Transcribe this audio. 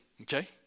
okay